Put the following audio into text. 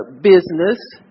business